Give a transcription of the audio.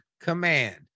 Command